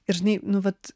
ir žinai nu vat